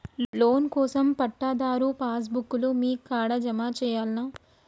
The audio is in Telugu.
లోన్ కోసం పట్టాదారు పాస్ బుక్కు లు మీ కాడా జమ చేయల్నా?